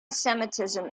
semitism